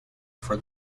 for